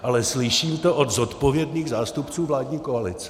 Ale slyším to od zodpovědných zástupců vládní koalice.